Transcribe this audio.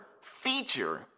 feature